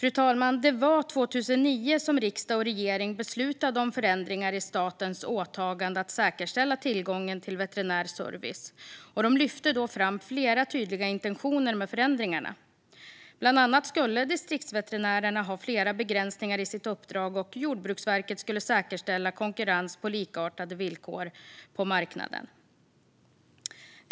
Fru talman! År 2009 beslutade riksdag och regering om förändringar i statens åtagande att säkerställa tillgången till veterinär service. Man lyfte fram flera tydliga intentioner med förändringarna. Bland annat skulle Distriktsveterinärerna ha flera begränsningar i sitt uppdrag och Jordbruksverket säkerställa konkurrens på likartade villkor på marknaden.